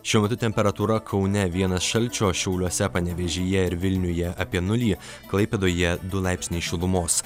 šiuo metu temperatūra kaune vienas šalčio šiauliuose panevėžyje ir vilniuje apie nulį klaipėdoje du laipsniai šilumos